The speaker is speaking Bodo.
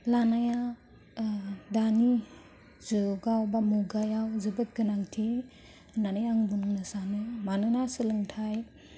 लानाया दानि जुगाव बा मुगायाव जोबोद गोनांथि होननानै आं बुंनो सानो मानोना सोलोंथाइ